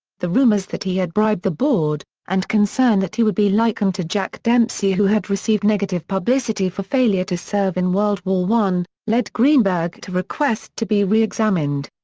the rumors that he had bribed the board, and concern that he would be likened to jack dempsey who had received negative publicity for failure to serve in world war i, led greenberg to request to be reexamined.